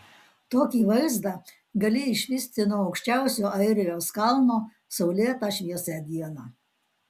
tokį vaizdą gali išvysti nuo aukščiausio airijos kalno saulėtą šviesią dieną